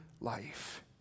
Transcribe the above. life